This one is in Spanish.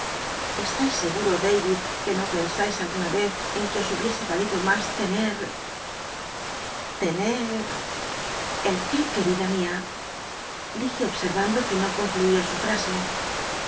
eslais seguro david que no pensais alguna vez en que os hubiese valido mas tener tener el qué querida mia elije obse vando que no concl uía su frase